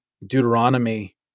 Deuteronomy